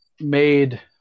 made